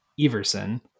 Everson